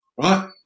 Right